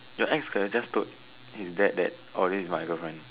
the ex could have just told that this is my girlfriend